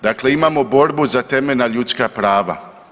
Dakle imamo borbu za temeljna ljudska prava.